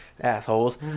Assholes